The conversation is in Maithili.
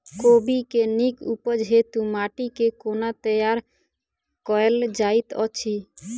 कोबी केँ नीक उपज हेतु माटि केँ कोना तैयार कएल जाइत अछि?